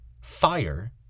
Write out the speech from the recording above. fire